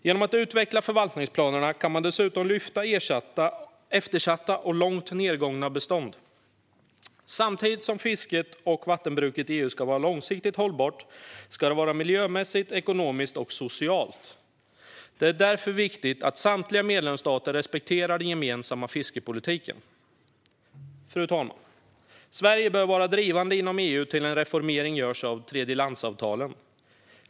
Genom att utveckla förvaltningsplanerna kan man dessutom lyfta eftersatta och långt nedgångna bestånd. Samtidigt som fisket och vattenbruket i EU ska vara långsiktigt hållbart ska det vara hållbart miljömässigt, ekonomiskt och socialt. Det är därför viktigt att samtliga medlemsstater respekterar den gemensamma fiskepolitiken. Fru talman! Sverige bör vara drivande inom EU för att en reformering görs av tredjelandsavtalen.